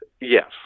yes